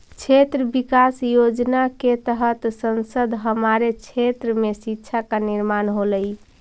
क्षेत्र विकास योजना के तहत संसद हमारे क्षेत्र में शिक्षा का निर्माण होलई